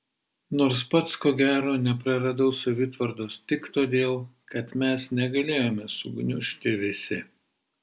nors pats ko gero nepraradau savitvardos tik todėl kad mes negalėjome sugniužti visi